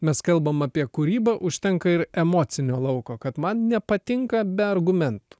mes kalbam apie kūrybą užtenka ir emocinio lauko kad man nepatinka be argumentų